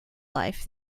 life